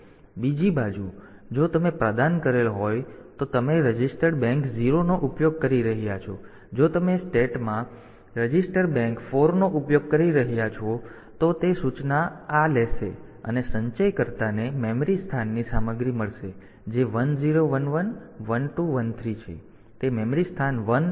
બીજી બાજુ જો તમે પ્રદાન કરેલ હોય તો તમે રજિસ્ટર્ડ બેંક 0 નો ઉપયોગ કરી રહ્યાં છો જો તમે સ્ટેટમાં રજીસ્ટર્ડ બેંક 4 નો ઉપયોગ કરી રહ્યાં છો તો તે જ સૂચના આ લેશે અને સંચયકર્તાને મેમરી સ્થાનની સામગ્રી મળશે જે 1011 1213 છે અને તે મેમરી સ્થાન 1 3 ની સામગ્રી મેળવશે